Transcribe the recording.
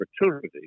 opportunity